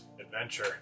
Adventure